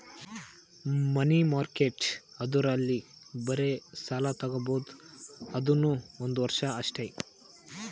ಮನಿ market ಅಂದುರ್ ಅಲ್ಲಿ ಬರೇ ಸಾಲ ತಾಗೊಬೋದ್ ಅದುನೂ ಒಂದ್ ವರ್ಷ ಅಷ್ಟೇ